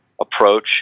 approach